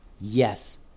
Yes